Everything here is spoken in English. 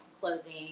clothing